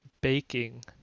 baking